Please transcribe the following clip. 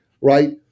right